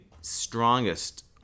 strongest